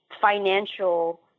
financial